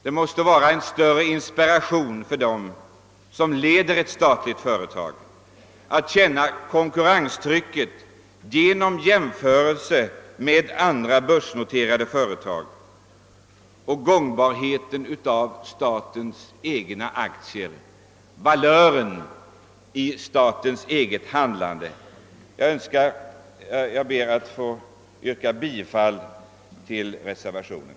Det måste vara en större inspiration för dem som leder statliga företag att känna konkurrenstrycket genom jämförelse med andra börsnoterade företag och gångbarheten hos statens egna aktier, värdet av statens eget handlande. Jag ber att få yrka bifall till reservationen.